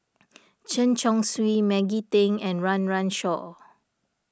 Chen Chong Swee Maggie Teng and Run Run Shaw